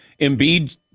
Embiid